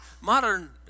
modern